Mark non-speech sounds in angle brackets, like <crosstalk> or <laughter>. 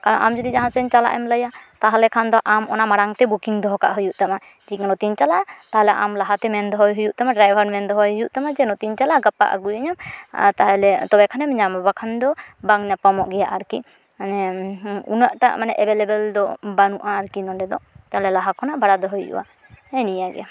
ᱟᱨ ᱟᱢ ᱡᱩᱫᱤ ᱡᱟᱦᱟᱸᱥᱮᱱ ᱪᱟᱞᱟᱜᱼᱮᱢ ᱞᱟᱹᱭᱟ ᱛᱟᱦᱚᱞᱮ ᱠᱷᱟᱱᱫᱚ ᱟᱢ ᱚᱱᱟ ᱢᱟᱲᱟᱝᱛᱮ ᱵᱩᱠᱤᱝ ᱫᱚᱦᱚᱠᱟᱜ ᱦᱩᱭᱩᱜ ᱛᱟᱢᱟ <unintelligible> ᱱᱚᱛᱤᱧ ᱪᱟᱞᱟᱜᱼᱟ ᱛᱟᱦᱞᱮ ᱟᱢ ᱞᱟᱦᱟᱛᱮ ᱢᱮᱱ ᱫᱚᱦᱚ ᱦᱩᱭᱩᱜ ᱛᱟᱢᱟ ᱰᱨᱟᱭᱵᱷᱟᱨ ᱢᱮᱱ ᱫᱚᱦᱚᱣᱟᱭ ᱦᱩᱭᱩᱜ ᱛᱟᱢᱟ ᱡᱮ ᱱᱚᱛᱮᱧ ᱪᱟᱞᱟᱜᱼᱟ ᱜᱟᱯᱟ ᱟᱹᱜᱩᱭᱟᱹᱧᱟᱹᱢ ᱛᱟᱦᱟᱞᱮ ᱛᱚᱵᱮᱠᱷᱱᱮᱢ ᱧᱟᱢᱟ ᱵᱟᱠᱷᱟᱱ ᱫᱚ ᱵᱟᱝ ᱧᱟᱯᱟᱢᱚᱜ ᱜᱮᱭᱟ ᱟᱨᱠᱤ ᱢᱟᱱᱮ ᱩᱱᱟᱹᱴᱟᱜ ᱢᱟᱱᱮ ᱮᱵᱮᱞᱮᱵᱮᱞ ᱫᱚ ᱵᱟᱹᱱᱩᱜᱼᱟ ᱟᱨᱠᱤ ᱱᱚᱸᱰᱮᱫᱚ ᱛᱟᱦᱞᱮ ᱞᱟᱦᱟ ᱠᱷᱚᱱᱟᱜ ᱵᱷᱟᱲᱟ ᱫᱚᱦᱚ ᱦᱩᱭᱩᱜᱼᱟ ᱦᱮᱸᱜᱼᱮ ᱱᱤᱭᱟᱹᱜᱮ